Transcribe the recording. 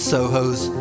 Soho's